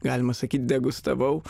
galima sakyt degustavau